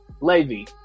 Levy